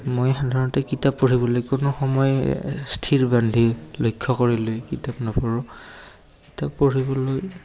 মই সাধাৰণতে কিতাপ পঢ়িবলৈ কোনো সময় স্থিৰ বান্ধি লক্ষ্য কৰি লৈ কিতাপ নপঢোঁ কিতাপ পঢ়িবলৈ